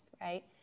right